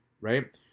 right